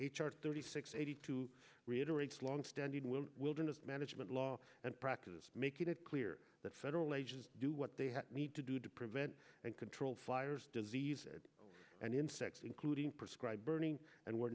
r thirty six eighty two reiterates longstanding wilderness management law and practice making it clear that federal agents do what they need to do to prevent and control fires disease and insects including prescribed burning and where